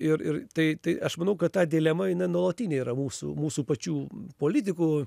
ir ir tai tai aš manau kad ta dilema jinai nuolatinė yra mūsų mūsų pačių politikų